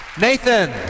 Nathan